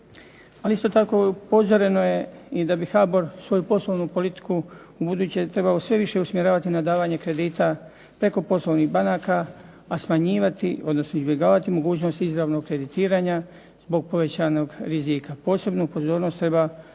isto tako upozoreno je i da bi HBOR svoju poslovnu politiku ubuduće trebao sve više usmjeravati na davanje kredita preko poslovnih banaka, a smanjivati odnosno izbjegavati mogućnost izravnog kreditiranja zbog povećanog rizika. Posebnu pozornost treba posvetiti